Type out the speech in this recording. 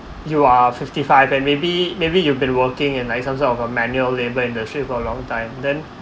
you are fifty five and maybe maybe you've been working in like some sort of a manual labour in the street for a long time then